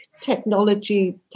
technology